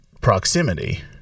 proximity